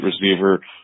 receiver